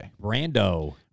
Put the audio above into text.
Brando